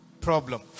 problem